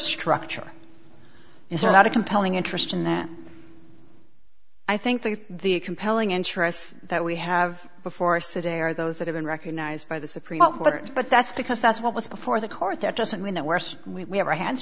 structure is not a compelling interest in that i think the compelling interest that we have before us today are those that have been recognized by the supreme court but that's because that's what was before the court that doesn't mean that worse we have our hands